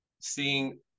seeing